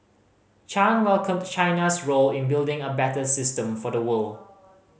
Chan welcomed China's role in building a better system for the world